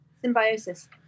symbiosis